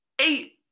eight